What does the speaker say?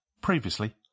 Previously